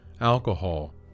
alcohol